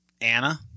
Anna